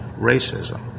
racism